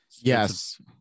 yes